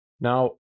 Now